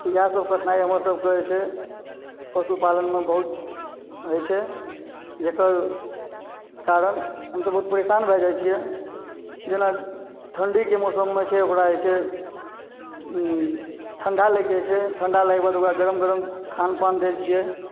इएहसभ कठिना हमर सबकेँ जे छै पशुपालनमे बहुत होइ छै जेकर कारण हमसभ बहुत परेशान भए जाइत छियै जेना ठण्डीके मौसममे छै ओकरा जे छै ठण्डा लागि जाइत छै ठण्डा लगयके बाद ओकरा गरम गरम खान पान दय छियै